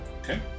Okay